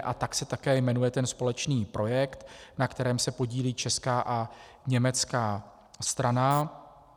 A tak se také jmenuje ten společný projekt, na kterém se podílí česká a německá strana.